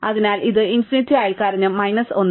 അതിനാൽ ഇത് ഇൻഫിനിറ്റി അയൽക്കാരനും മൈനസ് 1